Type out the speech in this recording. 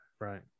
right